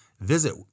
Visit